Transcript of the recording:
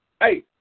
Hey